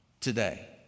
today